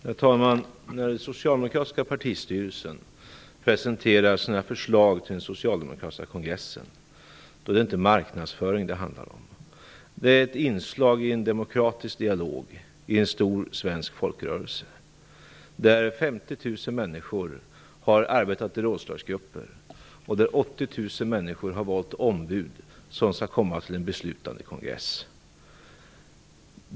Herr talman! När den socialdemokratiska partistyrelsen presenterar sina förslag till den socialdemokratiska kongressen är det inte marknadsföring det handlar om. Det är ett inslag i en demokratisk dialog i en stor svensk folkrörelse, där 50 000 människor har arbetat i rådslagsgrupper och där 80 000 människor har valt ombud som skall komma till en beslutande kongress.